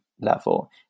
level